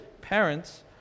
parents